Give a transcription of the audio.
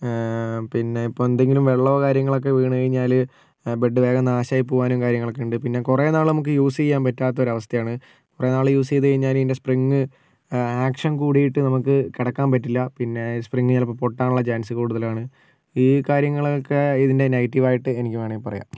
പിന്നെ ഇപ്പൊന്തെങ്കിലും വെള്ളമോ കാര്യങ്ങളോക്കെ വീണു കഴിഞ്ഞാൽ ബെഡ് വേഗം നാശമായി പോകാനും കാര്യങ്ങളൊക്കെയുണ്ട് പിന്നെ കുറേനാള് നമുക്ക് യൂസ് ചെയ്യാൻ പറ്റാത്ത ഒരവസ്ഥയാണ് കുറേനാള് യൂസ് ചെയ്തു കഴിഞ്ഞാൽ അതിൻ്റെ സ്പ്രിംഗ് ആക്ഷൻ കൂടീട്ട് നമുക്ക് കിടക്കാൻ പറ്റില്ല പിന്നേ സ്പ്രിംഗ് ചിലപ്പോൾ പൊട്ടനുള്ള ചാൻസ് കൂടുതലാണ് ഈ കാര്യങ്ങളൊക്കെ ഇതിൻറെ നെഗറ്റീവായിട്ട് എനിക്ക് വേണമെങ്കിൽ പറയാം